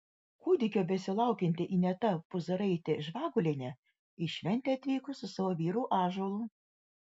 kūdikio besilaukianti ineta puzaraitė žvagulienė į šventę atvyko su savo vyru ąžuolu